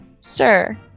sir